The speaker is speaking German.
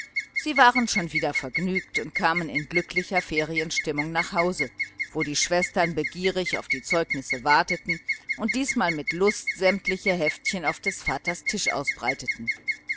sie waren schon wieder vergnügt und kamen in glücklicher ferienstimmung nach hause wo die schwestern begierig auf die zeugnisse warteten und diesmal mit lust sämtliche heftchen auf des vaters tisch ausbreiteten